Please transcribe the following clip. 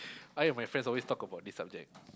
I and my friends always talk about this subject